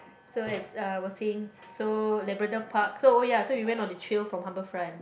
so as I was seeing so Labrador Park so oh ya we went on the trail from Harbourfront